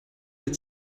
der